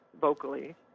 vocally